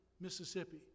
Mississippi